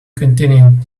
continued